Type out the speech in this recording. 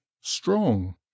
strong